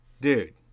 Dude